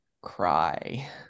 cry